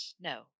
no